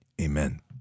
amen